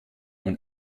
und